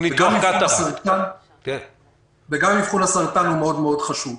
וגם אבחן הסרטן מאוד חשוב.